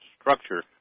structure